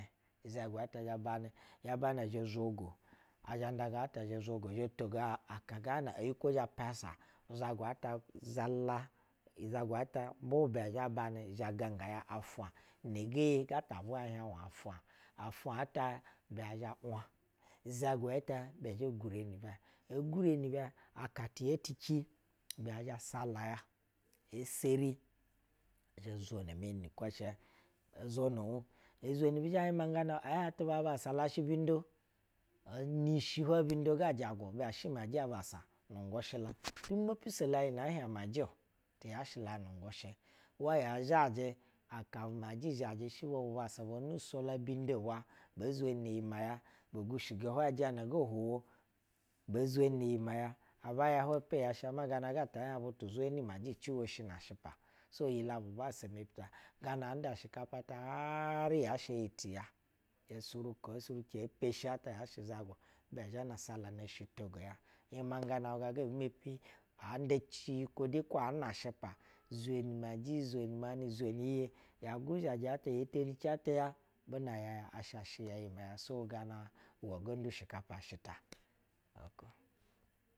Izɛgu ata zhɛ banɛ ya banɛ ɛzhɛ zwogo azha nda gaa ta a zhɛ zwogo yo ta aka gana eyikwo zha paga izɛgu ata zala ibɛ zhɛ banɛ izɛgu ata mbu ubɛ zhɛ bamɛ i zhɛ ganga ya afwa inɛgɛ ye a hiɛb afwa, afwa ta ibɛ izhɛ wab. izɛgu ɛtɛ ibɛ zhɛ gure ni hwɛ. Tgure ni iba aka ti ya ti ci ubs ɛzhɛ sala ya ee seri ozwono meni ni kwɛɛshɛ ozwono un ezweni bishɛ yomamgana ah ehiɛy atuba bassa la shɛ binndo ee nishih wayi bindo ga jagu izhɛ sha maji-o tiya shɛ lanu ngwushɛ uwa ya zhajɛ aka maji zhajɛ shɛ bwo bu bassa ga mepi sola. Bi nda bwa be zwenini iyi mɛyɛ sugo hwais ijɛnɛ gɛ hwoo be zwani ni iyi mɛyɛ aba ya hwayi ya sha ma ganaga butu zweni maji ci woshi na shɛpa so yi la bu basssa mepi gana ansa shikapa ha rya sha iyi tiya sunko osuruko epeshi ata yashɛ zɛgu ubɛ abi zhɛ na saa bo shitogo yi mangana gaa anda ciyi kwo de kwo ana shɛpa zweni maji zweni mamɛ ya guzhajɛ ata ye teni cɛn tiya bun a yay a asha asha ishɛ iyi ti ya so gana ugondu shikapa shɛta.